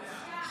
בושה.